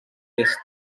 est